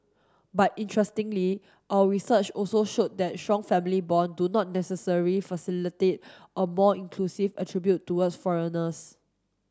but interestingly our research also showed that strong family bond do not necessarily facilitate a more inclusive attribute towards foreigners